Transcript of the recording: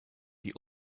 die